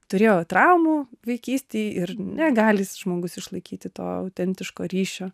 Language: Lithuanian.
turėjo traumų vaikystėj ir negali jis žmogus išlaikyti to autentiško ryšio